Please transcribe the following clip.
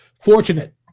Fortunate